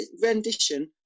rendition